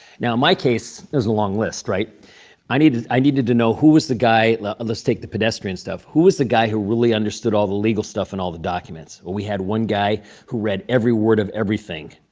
now, in my case, it was a long list. i needed i needed to know who was the guy let's let's take the pedestrian stuff who was the guy who really understood all the legal stuff and all the documents. we had one guy who read every word of everything.